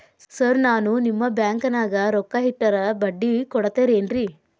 Sir ನಾನು ನಿಮ್ಮ ಬ್ಯಾಂಕನಾಗ ರೊಕ್ಕ ಇಟ್ಟರ ಬಡ್ಡಿ ಕೊಡತೇರೇನ್ರಿ?